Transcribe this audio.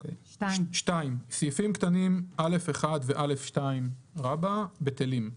2. "סעיפים קטנים (א1) ו-(א2) בטלים,